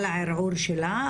על הערעור שלה,